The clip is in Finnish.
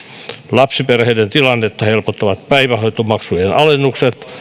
lapsiperheiden tilannetta helpottavat päivähoitomaksujen alennukset